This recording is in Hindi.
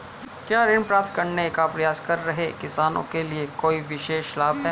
क्या ऋण प्राप्त करने का प्रयास कर रहे किसानों के लिए कोई विशेष लाभ हैं?